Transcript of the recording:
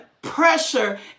pressure